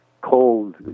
cold